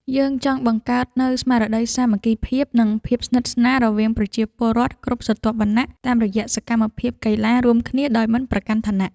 យើងចង់បង្កើតនូវស្មារតីសាមគ្គីភាព និងភាពស្និទ្ធស្នាលរវាងប្រជាពលរដ្ឋគ្រប់ស្រទាប់វណ្ណៈតាមរយៈសកម្មភាពកីឡារួមគ្នាដោយមិនប្រកាន់ឋានៈ។